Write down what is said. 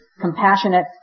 compassionate